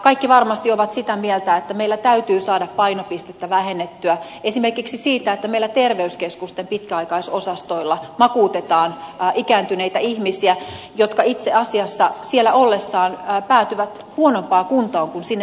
kaikki varmasti ovat sitä mieltä että meillä täytyy saada painopistettä muutettua esimerkiksi siitä että meillä terveyskeskusten pitkäaikaisosastoilla makuutetaan ikääntyneitä ihmisiä jotka itse asiassa siellä ollessaan päätyvät huonompaan kuntoon kuin sinne mennessään